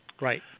Right